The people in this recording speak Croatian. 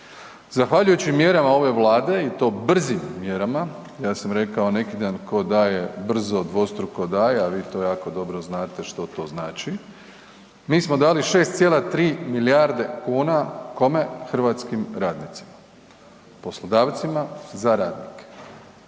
Zahvaljujući mjerama ove vlade i to brzim mjerama, ja sam rekao neki dan ko daje brzo dvostruko daje, a vi to jako dobro znate što to znači, mi smo dali 6,3 milijarde kuna, kome, hrvatskim radnicima, poslodavcima za radnike.